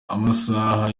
amasaha